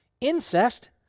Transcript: incest